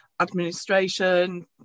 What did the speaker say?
administration